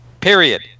period